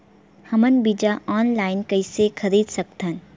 हमन बीजा ऑनलाइन कइसे खरीद सकथन?